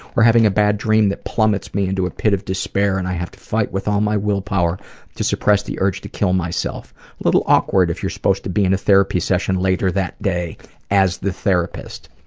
or having a bad dream that plummets me into a pit of despair and i have to fight with all my willpower to suppress the urge to kill myself. a little awkward if you're supposed to be in a therapy session later that day as the therapist.